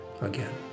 again